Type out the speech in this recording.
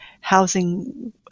housing